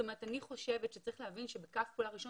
אני חושבת שצריך להבין שבקו פעולה ראשון